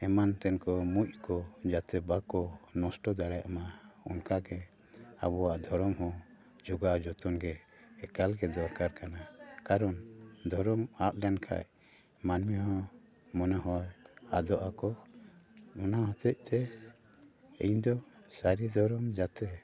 ᱮᱢᱟᱱ ᱛᱮᱱ ᱠᱚ ᱢᱩᱡ ᱠᱚ ᱡᱟᱛᱮ ᱵᱟᱠᱚ ᱱᱚᱥᱴᱚ ᱫᱟᱲᱮᱭᱟᱜ ᱢᱟ ᱚᱱᱠᱟ ᱜᱮ ᱟᱵᱚᱣᱟᱜ ᱫᱷᱚᱨᱚᱢ ᱦᱚᱸ ᱡᱚᱜᱟᱣ ᱡᱚᱛᱚᱱ ᱜᱮ ᱮᱠᱟᱞ ᱜᱮ ᱫᱚᱨᱠᱟᱨ ᱠᱟᱱᱟ ᱠᱟᱨᱚᱱ ᱫᱷᱚᱨᱚᱢ ᱟᱫ ᱞᱮᱱ ᱠᱷᱟᱱ ᱢᱟᱹᱱᱢᱤ ᱦᱚᱸ ᱢᱚᱱᱮ ᱦᱚᱭ ᱟᱫᱚᱜ ᱟᱠᱚ ᱚᱱᱟ ᱦᱚᱛᱮ ᱛᱮ ᱤᱧ ᱫᱚ ᱥᱟᱹᱨᱤ ᱫᱷᱚᱨᱚᱢ ᱡᱟᱛᱮ